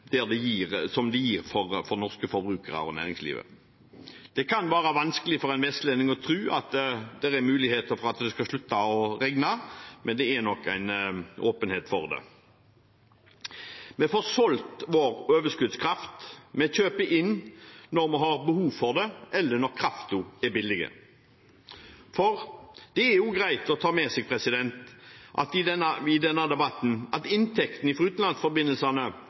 for norske forbrukere og næringslivet. Det kan være vanskelig for en vestlending å tro at det er muligheter for at det skal slutte å regne, men det er nok en åpenhet for det. Vi får solgt vår overskuddskraft. Vi kjøper inn når vi har behov for det, eller når kraften er billig. Det er også greit å ta med seg i denne debatten at inntektene fra utenlandsforbindelsene